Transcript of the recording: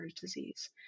disease